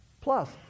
Plus